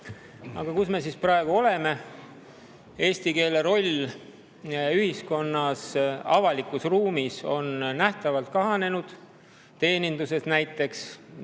Aga kus me siis praegu oleme? Eesti keele roll ühiskonnas, avalikus ruumis on nähtavalt kahanenud, näiteks